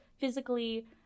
physically